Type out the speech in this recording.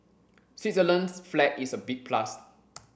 Switzerland's flag is a big plus